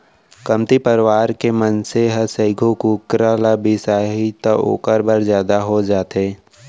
कमती परवार के मनसे ह सइघो कुकरा ल बिसाही त ओकर बर जादा हो जाथे